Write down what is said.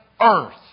earth